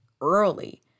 early